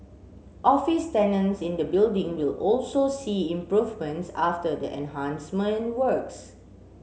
office tenants in the building will also see improvements after the enhancement works